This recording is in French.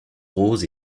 rose